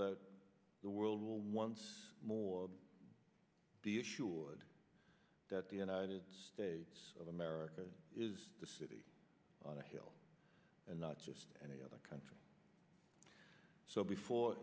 that the world will once more be assured that the united states of america is the city on a hill and not just any other country so before